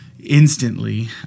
Instantly